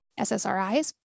SSRIs